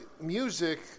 music